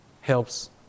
helps